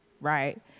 right